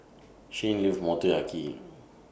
Shayne loves Motoyaki